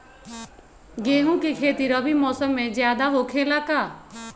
गेंहू के खेती रबी मौसम में ज्यादा होखेला का?